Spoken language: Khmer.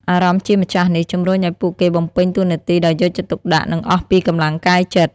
អារម្មណ៍ជាម្ចាស់នេះ ជំរុញឱ្យពួកគេបំពេញតួនាទីដោយយកចិត្តទុកដាក់ និងអស់ពីកម្លាំងកាយចិត្ត។